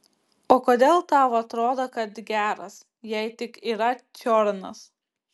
o kodėl tau atrodo kad geras jei tik yra čiornas